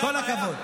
כל הכבוד.